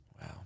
Wow